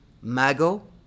Mago